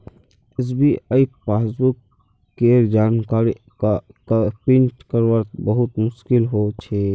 SBI passbook केर जानकारी क प्रिंट करवात बहुत मुस्कील हो छे